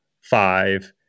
five